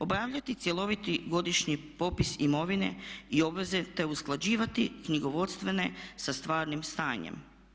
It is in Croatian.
Obavljati cjeloviti godišnji popis imovine i obaveze te usklađivati knjigovodstvene sa stvarnim stanjem.